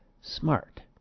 smart